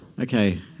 Okay